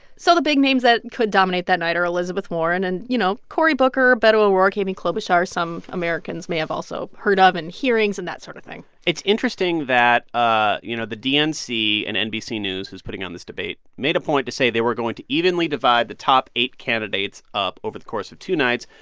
so the big names that could dominate that night are elizabeth warren. and you know, cory booker, beto o'rourke, amy klobuchar some americans may have also heard of in and hearings and that sort of thing it's interesting that, ah you know, the dnc and nbc news, who's putting on this debate, made a point to say they were going to evenly divide the top eight candidates up over the course of two nights.